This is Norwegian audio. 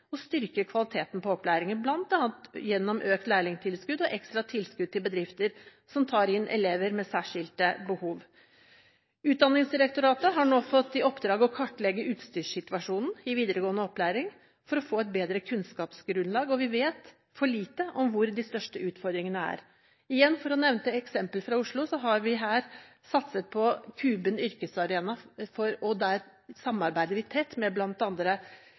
og styrker kvaliteten på opplæringen, bl.a. gjennom økt lærlingtilskudd og ekstra tilskudd til bedrifter som tar inn elever med særskilte behov. Utdanningsdirektoratet har nå fått i oppdrag å kartlegge utstyrssituasjonen i videregående opplæring for å få et bedre kunnskapsgrunnlag. Vi vet for lite om hvor de største utfordringene er. For igjen å nevne et eksempel fra Oslo: Her har vi satset på Kuben yrkesarena, og der samarbeider vi tett med